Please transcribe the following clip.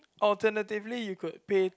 alternatively you could pay